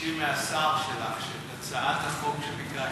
תבקשי מהשר שלך שאת הצעת החוק שביקשתי,